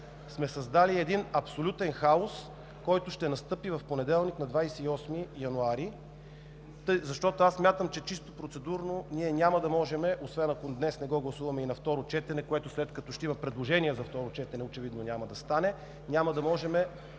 сме създали един абсолютен хаос, който ще настъпи в понеделник, на 28 януари. Смятам, че чисто процедурно ние няма да можем, освен ако днес не го гласуваме и на второ четене, което, след като ще има предложения за второ четене, очевидно няма да стане. Няма да може